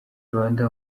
rwanda